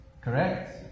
correct